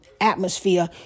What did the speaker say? atmosphere